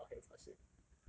then cross our hands heart shape